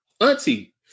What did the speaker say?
auntie